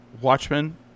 Watchmen